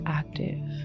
active